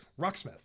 Rocksmith